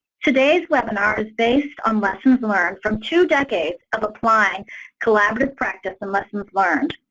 today's webinar is based on lessons learned from two decades of applying collaborative practice and lessons learned.